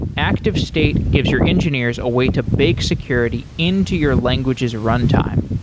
activestate gives your engineers a way to bake security into your languages' runtime.